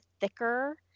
thicker